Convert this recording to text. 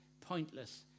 pointless